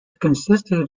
consisted